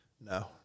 No